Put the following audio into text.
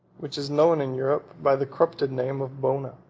which is known in europe by the corrupted name of bona.